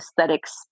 aesthetics